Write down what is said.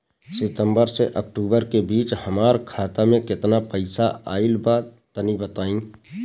सितंबर से अक्टूबर के बीच हमार खाता मे केतना पईसा आइल बा तनि बताईं?